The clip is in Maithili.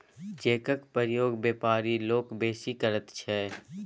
चेकक प्रयोग बेपारी लोक बेसी करैत छै